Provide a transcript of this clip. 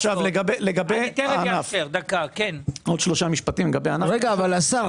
רגע השר,